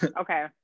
okay